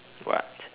what